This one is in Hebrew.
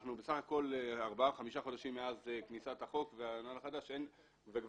אנחנו בסך הכל ארבעה-חמישה חודשים מאז כניסת החוק והנוהל החדש וכבר